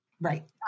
Right